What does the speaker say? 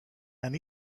and